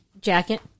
jacket